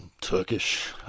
Turkish